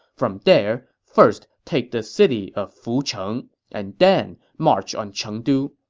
from there, first take the city of fucheng, and then march on chengdu.